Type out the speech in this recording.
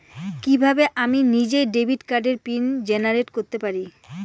কিভাবে আমি নিজেই ডেবিট কার্ডের পিন জেনারেট করতে পারি?